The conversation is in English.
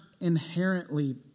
inherently